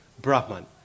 Brahman